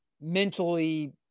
mentally –